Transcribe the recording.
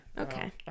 Okay